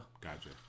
Gotcha